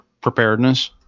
preparedness